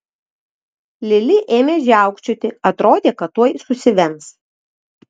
lili ėmė žiaukčioti atrodė kad tuoj susivems